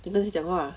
那些讲话